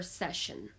session